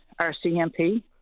RCMP